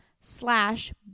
slash